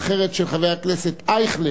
מס' 6261, והאחרת של חבר הכנסת אייכלר,